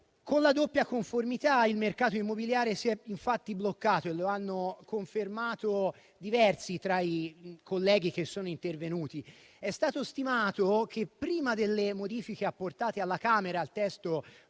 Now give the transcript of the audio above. Con la doppia conformità il mercato immobiliare si è infatti bloccato e lo hanno confermato diversi tra i colleghi che sono intervenuti. È stato stimato che, prima delle modifiche apportate alla Camera al testo